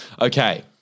Okay